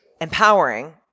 empowering